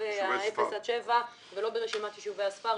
ה-אפס עד שבע ולא ברשימת יישובי הספר.